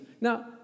Now